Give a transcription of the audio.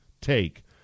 Take